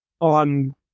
on